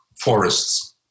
forests